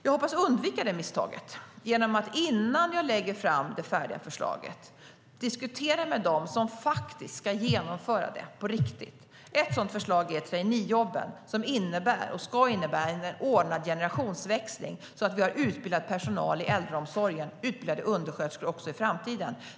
Jag hoppas att jag kan undvika det misstaget genom att innan jag lägger fram det färdiga förslaget diskutera med dem som faktiskt ska genomföra det på riktigt. Ett sådant förslag är traineejobben. De ska innebära en ordnad generationsväxling så att vi har utbildad personal i äldreomsorgen och utbildade undersköterskor också i framtiden.